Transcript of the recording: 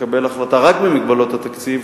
לקבל החלטה רק במגבלות התקציב,